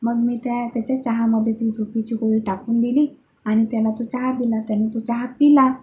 मग मी त्या त्याच्या चहामध्ये ती झोपेची गोळी टाकून दिली आणि त्याला तो चहा दिला त्याने तो चहा पीला